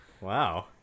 Wow